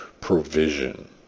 provision